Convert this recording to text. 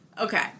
Okay